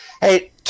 Hey